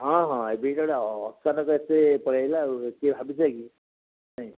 ହଁ ହଁ ଏବେ ତ ଅଚାନକ ଏଠି ପଳେଇଲା ଆଉ କିଏ ଭାବିଥିଲା କି ନାଇଁ